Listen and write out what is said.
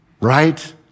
right